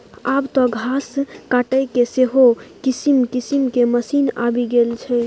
आब तँ घास काटयके सेहो किसिम किसिमक मशीन आबि गेल छै